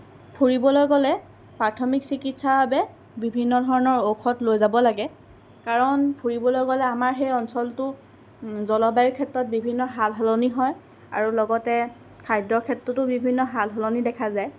ফুৰিবলৈ গ'লে প্ৰাথমিক চিকিৎসাৰ বাবে বিভিন্ন ধৰণৰ ঔষধ লৈ যাব লাগে কাৰণ ফুৰিবলৈ গ'লে আমাৰ সেই অঞ্চলটো জলবায়ু ক্ষেত্ৰত বিভিন্ন সালসলনি হয় আৰু লগতে খাদ্যৰ ক্ষেত্ৰতো বিভিন্ন সালসলনি দেখা যায়